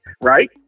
right